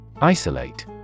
Isolate